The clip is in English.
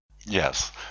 Yes